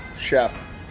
chef